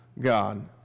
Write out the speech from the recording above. God